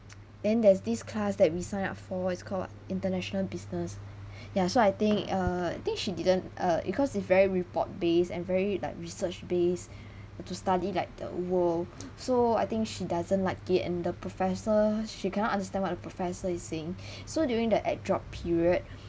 then there's this class that we signed up for is called international business ya so I think err I think she didn't uh because it's very report-based and very like research-based to study like the world so I think she doesn't like it and the professor she cannot understand what the professor is saying so during the add drop period